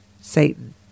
Satan